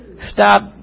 Stop